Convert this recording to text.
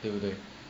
对不对